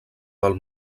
del